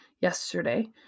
yesterday